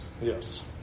yes